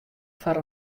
foar